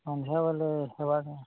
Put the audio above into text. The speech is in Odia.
ସନ୍ଧ୍ୟା ବେଳେ ହେବ ଆଜ୍ଞା